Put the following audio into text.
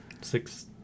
six